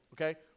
Okay